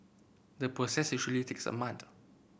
the process usually takes a month